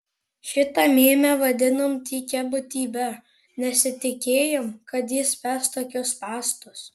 šitą mėmę vadinom tykia būtybe nesitikėjom kad jis spęs tokius spąstus